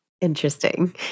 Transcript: Interesting